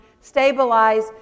stabilize